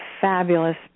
fabulous